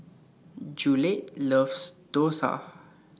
Jolette loves Dosa